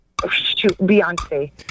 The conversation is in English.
Beyonce